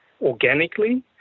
organically